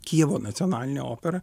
kijevo nacionalinė opera